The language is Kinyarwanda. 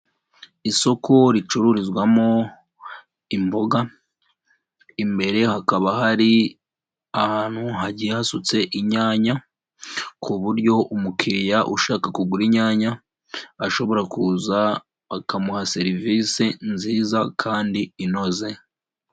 Isoko ricururizwamo imboga. Imbere hakaba hari ahantu hagiye hasutse inyanya, ku buryo umukiriya ushaka kugura inyanya, ashobora kuza bakamuha serivisi nziza kandi inoze.